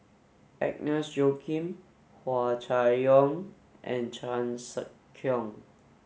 Agnes Joaquim Hua Chai Yong and Chan Sek Keong